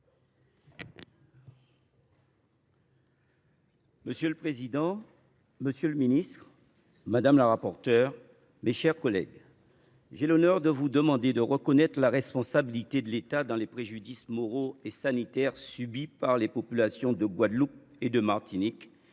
Monsieur le président, monsieur le ministre, mes chers collègues, j’ai l’honneur de vous demander de reconnaître la responsabilité de l’État dans les préjudices moraux et sanitaires subis par les populations de Guadeloupe et de Martinique,